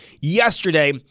yesterday